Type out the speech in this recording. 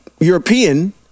European